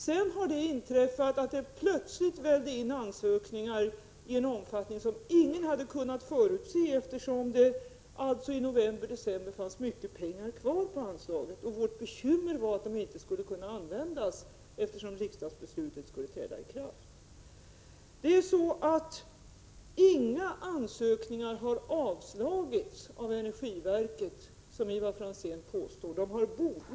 Sedan har det inträffat att det plötsligt vällde in ansökningar i en omfattning som ingen hade kunnat förutse, eftersom det alltså i november och december fanns mycket pengar kvar på anslaget. Vårt bekymmer var att dessa pengar inte skulle kunna användas, eftersom riksdagens beslut skulle träda i kraft. Inga ansökningar har avslagits av energiverket, som Ivar Franzén påstår.